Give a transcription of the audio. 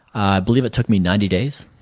i believe it took me ninety days.